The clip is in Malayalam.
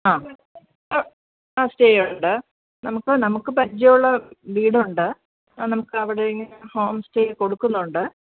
ആ ആ സ്റ്റേയുണ്ട് നമുക്ക് നമുക്ക് പരിചയമുള്ള വീടുണ്ട് ആ നമുക്ക് അവിടെ ഇങ്ങനെ ഹോം സ്റ്റേ കൊടുക്കുന്നുണ്ട്